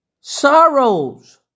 Sorrows